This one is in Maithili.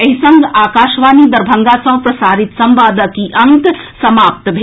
एहि संग आकाशवाणी दरभंगा सँ प्रसारित संवादक ई अंक समाप्त भेल